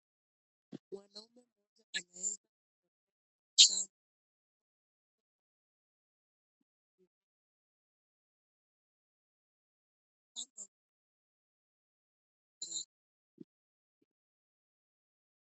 Hapa tunaona watu wengi